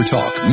Talk